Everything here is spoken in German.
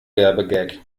werbegag